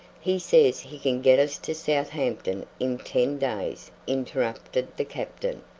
he says he can get us to southampton in ten days, interrupted the captain.